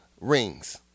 rings